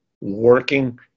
working